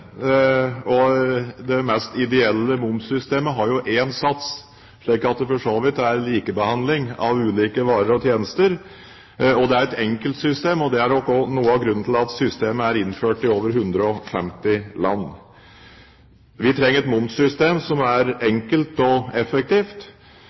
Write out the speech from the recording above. system, det mest ideelle momssystemet har én sats, slik at det for så vidt er likebehandling av ulike varer og tjenester, og det er et enkelt system. Det er nok også noe av grunnen til at systemet er innført i over 150 land. Vi trenger et momssystem som er enkelt og effektivt, og vi har jo også hatt en